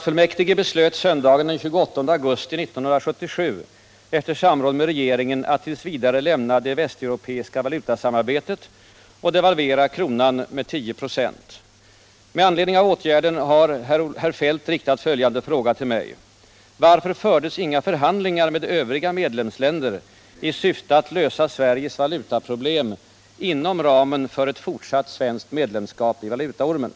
51, till statsministern, resp. 1977/78:52, och anförde: Herr talman! Riksbanksfullmäktige beslöt söndagen den 28 augusti 1977 efter samråd med regeringen att t. v. lämna det västeuropeiska va 111 lutasamarbetet och devalvera kronan med 10 96. Varför fördes inga förhandlingar med övriga medlemsländer i syfte att lösa Sveriges valutaproblem inom ramen för ett fortsatt svenskt medlemskap i valutaormen?